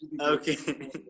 okay